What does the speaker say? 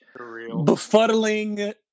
befuddling